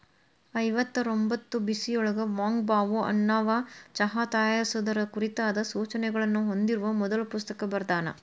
ಐವತ್ತರೊಂಭತ್ತು ಬಿಸಿಯೊಳಗ Wang Bao ಅನ್ನವಾ ಚಹಾ ತಯಾರಿಸುವುದರ ಕುರಿತಾದ ಸೂಚನೆಗಳನ್ನ ಹೊಂದಿರುವ ಮೊದಲ ಪುಸ್ತಕ ಬರ್ದಾನ